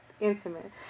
intimate